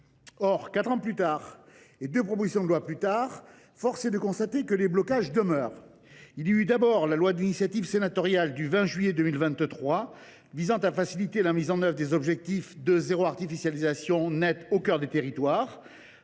Or, quatre ans et deux propositions de loi plus tard, force est de constater que les blocages demeurent. Il y eut d’abord la loi d’initiative sénatoriale du 20 juillet 2023 visant à faciliter la mise en œuvre des objectifs de lutte contre l’artificialisation des sols et à renforcer